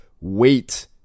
wait